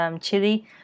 chili